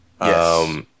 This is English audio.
Yes